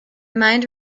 mind